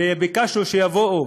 וביקשנו שיבואו